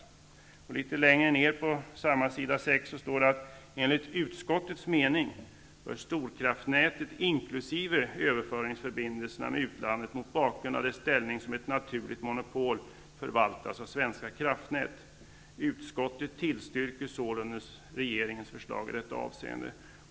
Vidare står det: ''Enligt utskottets mening bör storkraftnätet inkl. överföringsförbindelserna med utlandet, mot bakgrund av dess ställning som ett naturligt monopol förvaltas av Svenska kraftnät. Utskottet tillstyrker sålunda regeringens förslag i detta avseende.''